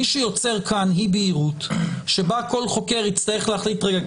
מה שיוצר כאן אי-בהירות זה שכל חוקר יצטרך להחליט: רגע,